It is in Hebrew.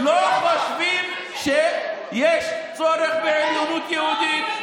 לא חושבים שיש צורך בעליונות יהודית.